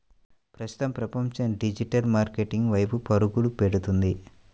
ప్రస్తుతం ప్రపంచం digital marketing వైపు పరుగులు పెడుతుంది